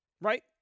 right